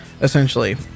essentially